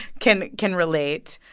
can can relate.